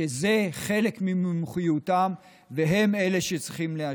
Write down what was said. שזה חלק ממומחיותם והם שצריכים לאשר.